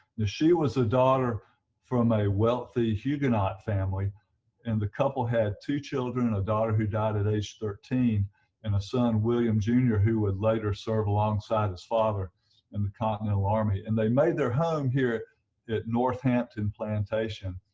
she was a daughter from a wealthy huguenot family and the couple had two children, and a daughter who died at age thirteen and a son, william jr. who would later serve alongside his father in the continental army and they made their home here at northampton plantation,